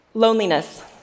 Loneliness